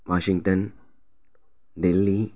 Washington Delhi